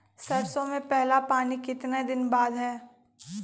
सरसों में पहला पानी कितने दिन बाद है?